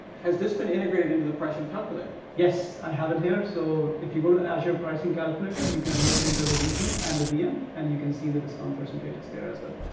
has this been integrated into the pricing calculator? yes, i have it here. so, if you go to azure pricing calculator, you can again enter the region and the vm and you can see the discount percentages there as well.